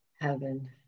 Heaven